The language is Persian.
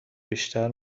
بیشتر